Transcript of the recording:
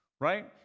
Right